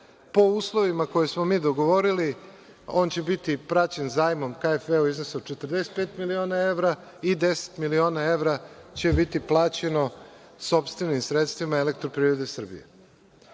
Po uslovima koje smo mi dogovorili, on će biti praćen zajmom KfW u iznosu od 45 miliona evra i 10 miliona evra će biti plaćeno sopstvenim sredstvima EPS-a. Kada govorimo